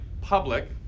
public